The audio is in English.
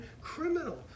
criminal